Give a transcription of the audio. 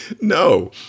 No